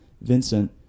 vincent